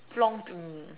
flonked me